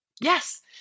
Yes